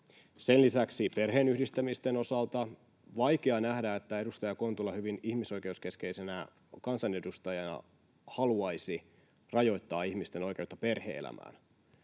Sen lisäksi perheenyhdistämisten osalta on vaikea nähdä, että edustaja Kontula hyvin ihmisoikeuskeskeisenä kansanedustajana haluaisi rajoittaa ihmisten oikeutta perhe-elämään.